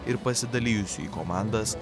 ir pasidalijusių į komandas